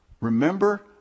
Remember